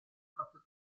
proprio